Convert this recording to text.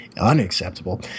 unacceptable